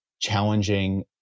challenging